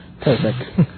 Perfect